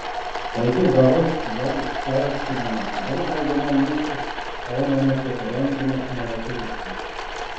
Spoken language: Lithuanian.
taigi berods jau išsiaiškinome kodėl dauguma mūsų aunamės ir rengiamės nelietuviškai